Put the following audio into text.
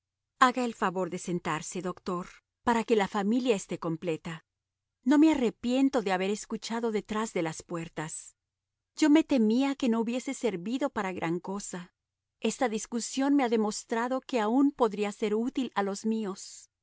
haga el favor de sentarse doctor para que la familia esté completa no me arrepiento de haber escuchado detrás de las puertas yo me temía que no hubiese servido para gran cosa esta discusión me ha demostrado que aún podría ser útil a los míos